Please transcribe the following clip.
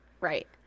right